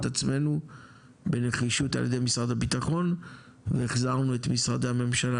עצמנו בנחישות על ידי משרד הביטחון והחזרנו את משרדי הממשלה